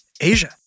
Asia